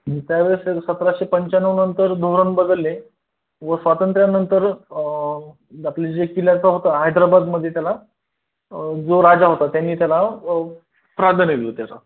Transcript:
त्यावेळेस सतराशे पंच्याण्णव नंतर धोरण बदलले व स्वातंत्र्यानंतर आपले जे किल्ल्याचा होतं हैद्राबादमध्ये त्याला जो राजा होता त्यानी त्याला प्राधानवी हो त्याचा